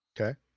Okay